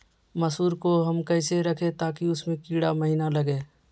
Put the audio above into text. मसूर को हम कैसे रखे ताकि उसमे कीड़ा महिना लगे?